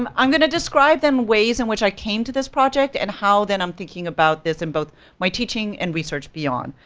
um i'm gonna describe, then, ways in which i came to this project, and how, then, i'm thinking about this, and both my teaching and research beyond.